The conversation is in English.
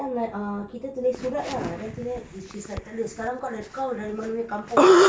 then I'm like ah kita tulis surat ah then after that she's like tak ada sekarang kau kau dari mana punya kampung